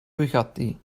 bugatti